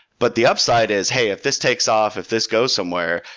but the upside is, hey, if this takes off, if this goes somewhere,